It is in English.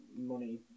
money